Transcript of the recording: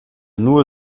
nur